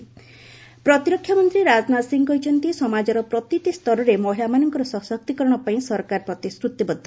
Rajnath women's day ପ୍ରତିରକ୍ଷା ମନ୍ତ୍ରୀ ରାଜନାଥ ସିଂହ କହିଛନ୍ତି ସମାଜର ପ୍ରତିଟି ସ୍ତରରେ ମହିଳାମାନଙ୍କ ସଶକ୍ତୀକରଣ ପାଇଁ ସରକାର ପ୍ରତିଶ୍ରତିବଦ୍ଧ